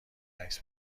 عکس